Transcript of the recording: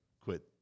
quit